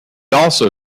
also